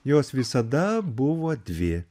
jos visada buvo dvi